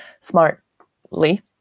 Smartly